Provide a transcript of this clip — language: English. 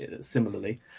similarly